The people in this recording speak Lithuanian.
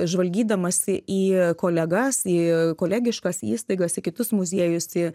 žvalgydamasi į kolegas į kolegiškas įstaigas į kitus muziejus į